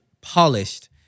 polished